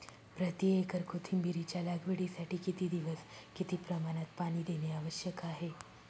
प्रति एकर कोथिंबिरीच्या लागवडीसाठी किती दिवस किती प्रमाणात पाणी देणे आवश्यक आहे?